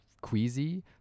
queasy